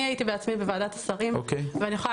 אני הייתי בעצמי בוועדת השרים ואני יכולה